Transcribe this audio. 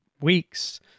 weeks